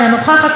אינה נוכחת,